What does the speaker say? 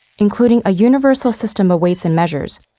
including a universal system of weights and measures,